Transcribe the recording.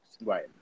right